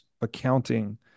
accounting